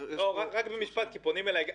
רק במשפט, כי פונים אליי גם.